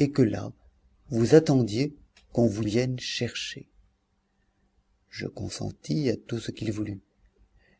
et que là vous attendiez qu'on vous vienne chercher je consentis à tout ce qu'il voulut